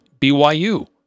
BYU